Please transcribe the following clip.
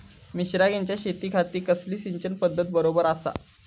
मिर्षागेंच्या शेतीखाती कसली सिंचन पध्दत बरोबर आसा?